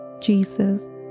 Jesus